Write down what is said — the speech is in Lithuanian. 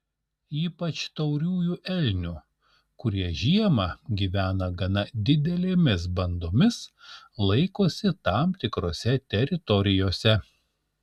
ypač tauriųjų elnių kurie žiemą gyvena gana didelėmis bandomis laikosi tam tikrose teritorijose